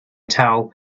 towel